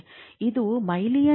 ಇದು myelin sheet